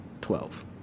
twelve